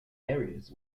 areas